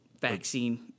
vaccine